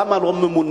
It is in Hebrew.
למה לא ממונים?